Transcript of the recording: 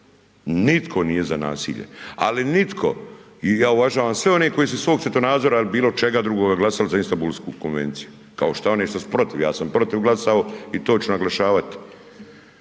Nitko nije za nasilje, ali nitko i ja uvažam sve one koji su iz svog svjetonazora ili bilo čega drugoga glasali za Istambulsku konvenciju kao šta i oni koji su protiv, ja sam protiv glasao i to ću naglašavat,